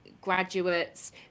graduates